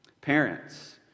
Parents